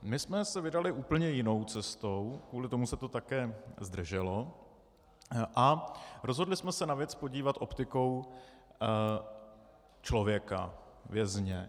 My jsme se vydali úplně jinou cestou kvůli tomu se to také zdrželo a rozhodli jsme se na věc podívat optikou člověka, vězně.